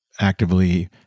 actively